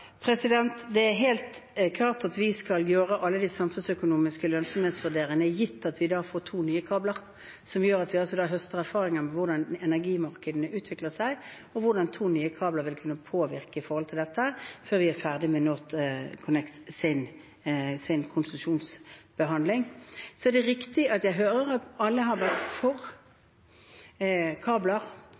Det er helt klart at vi skal gjøre alle de samfunnsøkonomiske lønnsomhetsvurderingene, gitt at vi får to nye kabler, som gjør at vi da høster erfaring med hvordan energimarkedene utvikler seg, og hvordan to nye kabler vil kunne påvirke dette, før vi er ferdige med behandlingen av NorthConnects konsesjonssøknad. Det er riktig at jeg hører at alle har vært for kabler.